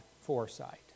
foresight